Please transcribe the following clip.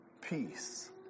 peace